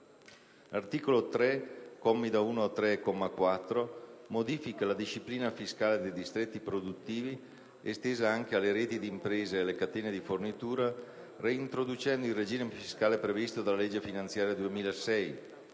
L'articolo 3, commi da 1 a 3 e comma 4, modifica la disciplina fiscale dei distretti produttivi, estesa anche alle reti di imprese e alle catene dì fornitura, reintroducendo il regime fiscale previsto dalla legge finanziaria 2006